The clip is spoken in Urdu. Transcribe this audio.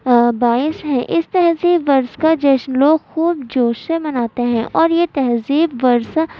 باعث ہے اس طرح سے برس کا جشن لوگ خوب جوش سے مناتے ہیں اور یہ تہذیب برس